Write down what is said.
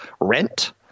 rent